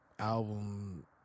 album